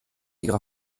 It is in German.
ihrer